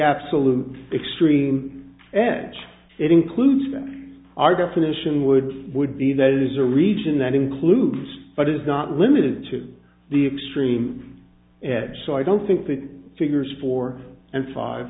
absolute extreme edge it includes our definition would would be that it is a region that includes but is not limited to the extreme so i don't think that figures four and five